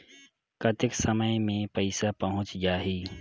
कतेक समय मे पइसा पहुंच जाही?